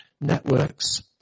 networks